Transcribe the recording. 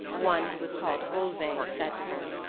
one who was called gulveig said to her.